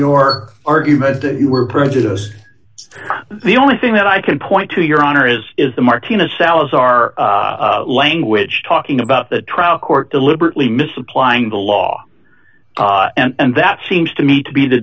your argument that you were prejudiced the only thing that i can point to your honor is is the martinez salazar language talking about the trial court deliberately misapplying the law and that seems to me to be the